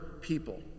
people